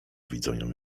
widzą